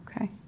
okay